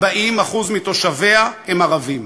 40% מתושביה הם ערבים.